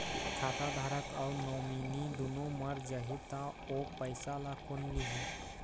खाता धारक अऊ नोमिनि दुनों मर जाही ता ओ पैसा ला कोन लिही?